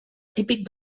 típic